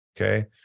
Okay